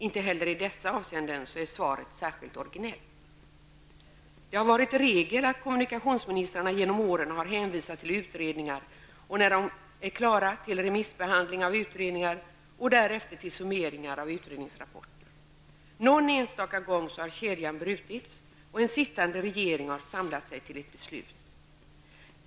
Inte heller i dessa avseenden är svaret särskilt orginellt. Det har varit regel att kommunikationsministrarna genom åren har hänvisat till utredningar, när dessa är klara till remissbehandlingen av utredningar, och därefter till summeringar av utredningsrapporter. Någon enstaka gång har kedjan brutits, och en sittande regering har samlat sig till ett beslut.